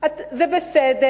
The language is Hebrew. זה בסדר,